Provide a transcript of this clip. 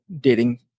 dating